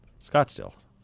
Scottsdale